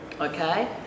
Okay